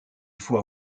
faut